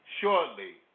shortly